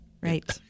right